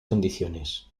condiciones